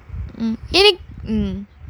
இருக்~:iruk~ mm